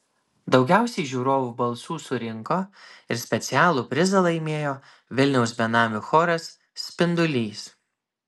daugiausiai žiūrovų balsų surinko ir specialų prizą laimėjo vilniaus benamių choras spindulys